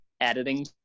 editing